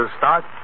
start